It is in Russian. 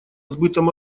сбытом